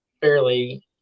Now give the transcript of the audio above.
fairly